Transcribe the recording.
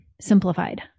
simplified